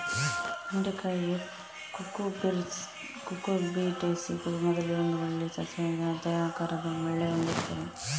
ತೊಂಡೆಕಾಯಿಯು Cucurbitaceae ಕುಟುಂಬದಲ್ಲಿ ಒಂದು ಬಳ್ಳಿ ಸಸ್ಯವಾಗಿದ್ದು ಹೃದಯದ ಆಕಾರದ ಎಲೆ ಹೊಂದಿರ್ತದೆ